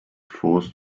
forced